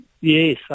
yes